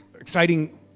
exciting